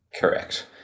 correct